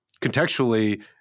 contextually